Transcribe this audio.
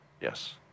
yes